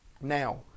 Now